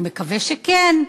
אני מקווה שכן.